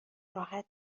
راحت